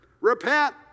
repent